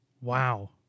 Wow